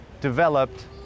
developed